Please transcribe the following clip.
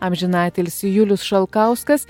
amžinatilsį julius šalkauskas